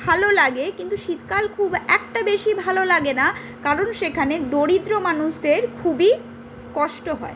ভালো লাগে কিন্তু শীতকাল খুব একটা বেশি ভালো লাগে না কারণ সেখানে দরিদ্র মানুষদের খুবই কষ্ট হয়